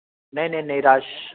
नेईं नेईं रश